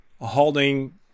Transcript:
holding